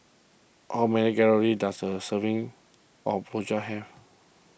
how many calories does a serving of Rojak have